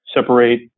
separate